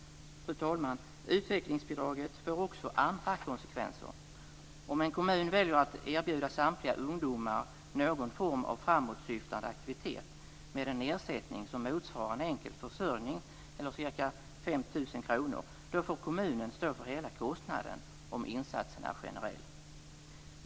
Fru talman! Utvecklingsbidraget får också andra konsekvenser. Om en kommun väljer att erbjuda samtliga ungdomar någon form av framåtsyftande aktivitet med en ersättning som motsvarar en enkelt försörjning, eller ca 5 000 kr, får kommunen stå för hela kostnaden om insatsen är generell.